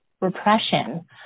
repression